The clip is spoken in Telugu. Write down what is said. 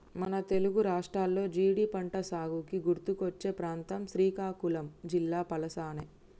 మన తెలుగు రాష్ట్రాల్లో జీడి పంటసాగుకి గుర్తుకొచ్చే ప్రాంతం శ్రీకాకుళం జిల్లా పలాసనే